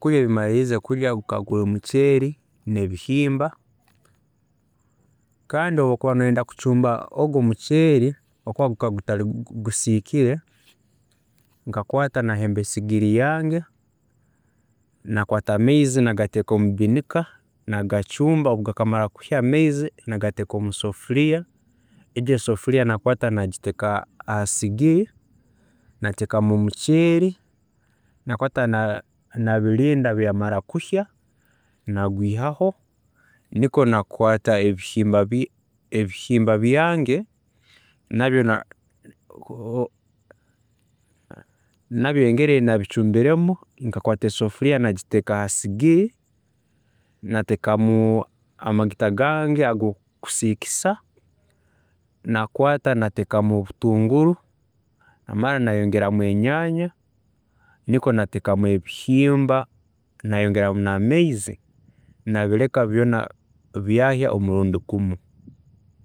﻿Ebyokurya ebi namaririize kurya gukaba guri muceeri nebihimba kandi obu orikuba noyenda kucumba ogu omuceeri habwokuba gukaba gutasiikire, nkakwaata nahemba esigiri yange, nakwaata amaizi nagateeka mubinika nagacumba obu gakamara kushya, nakwaata nagateeka musafuriya, egi esafuriya nakwaata nagiteeka ha sigiri, nateekamu omuceeri, nakwaata nabirinda gwamara kushya, nabiihaho, nikwo nakwaata ebihimba byange, nabyo engeri eyi nabicumbiremu, nkakwaata esafuriya nagiteeka ha sigiri, nateekamu amagita gange ag'okusiikisa, nakwata nateekamu obutunguru, namara nayongeramu enyaanya, nikwo nateekamu ebihimba, nayongeramu na'maizi, nikwo nabireka byahya omurundi gumu